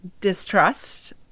distrust